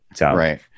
Right